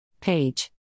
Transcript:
Page